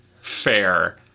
fair